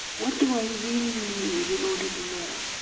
what do i really need in order to live?